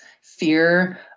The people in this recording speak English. fear